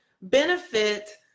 benefit